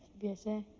this a